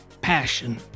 passion